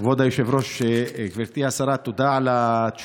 כבוד היושב-ראש, גברתי השרה, תודה על התשובה,